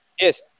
Yes